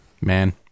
Man